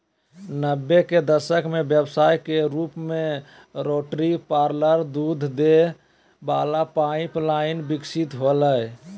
नब्बे के दशक में व्यवसाय के रूप में रोटरी पार्लर दूध दे वला पाइप लाइन विकसित होलय